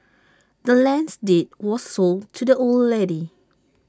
the land's deed was sold to the old lady